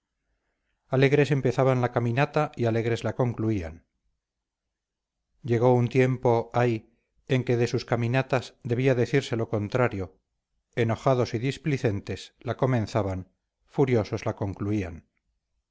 alegres empezaban la caminata y alegres la concluían llegó un tiempo ay en que de sus caminatas debía decirse lo contrario enojados y displicentes la comenzaban furiosos la concluían